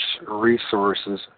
resources